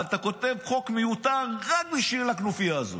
אבל אתה כותב חוק מיותר רק בשביל הכנופיה הזאת.